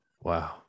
Wow